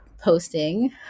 posting